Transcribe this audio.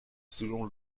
selon